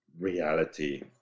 reality